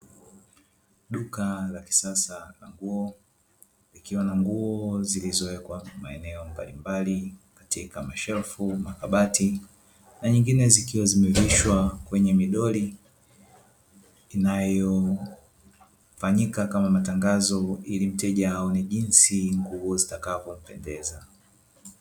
Duka la kisasa na huo nikiwa na nguo zilizowekwa hapa maeneo mbali mbali katika mashelfu, makabati na nyingine zikiwa zimevishwa kwenye midoli inayofanyika kama matangazo ili mteja aone jinsi nguo zitakavo mpendeza.